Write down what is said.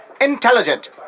intelligent